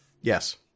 Yes